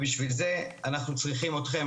בשביל זה אנחנו צריכים אתכם,